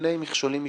בפני מכשולים משפטיים.